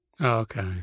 Okay